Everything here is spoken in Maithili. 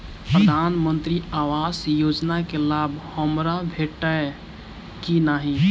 प्रधानमंत्री आवास योजना केँ लाभ हमरा भेटतय की नहि?